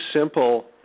simple